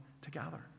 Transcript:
together